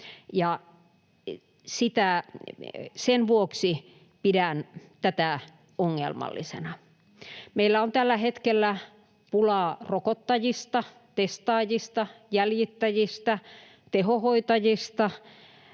sen vuoksi pidän tätä ongelmallisena. Meillä on tällä hetkellä pulaa rokottajista, testaajista, jäljittäjistä ja tehohoitajista